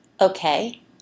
Okay